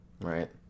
Right